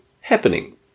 happening